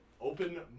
open